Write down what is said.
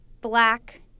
black